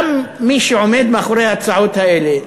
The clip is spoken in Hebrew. גם של מי שעומד מאחורי ההצעות האלה.